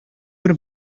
бер